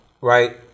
Right